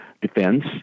defense